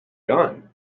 gun